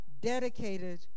dedicated